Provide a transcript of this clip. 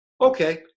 Okay